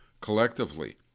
collectively